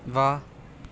ਵਾਹ